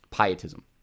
Pietism